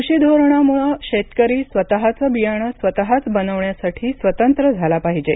कृषी धोरणामुळे शेतकरी स्वतःचं बियाणं स्वतःच बनविण्यासाठी स्वतंत्र झाला पाहिजे